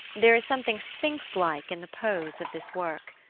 there is something sphinx-like in the pose of this work.